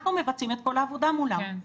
אנחנו מבצעים את כל העבודה מולם.